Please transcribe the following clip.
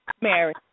Mary